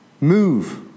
Move